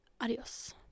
Adios